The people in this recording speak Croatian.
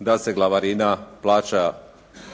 da se glavarina plaća